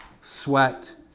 sweat